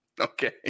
Okay